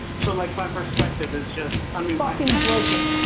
so like my perspective is just. i mean fucking broken.